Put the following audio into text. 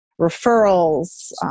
referrals